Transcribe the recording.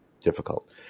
difficult